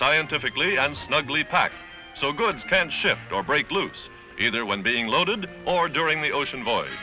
scientifically and snugly packed so goods can shift or break loose either when being loaded or during the ocean voy